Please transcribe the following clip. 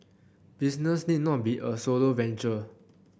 business need not be a solo venture